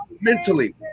mentally